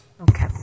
Okay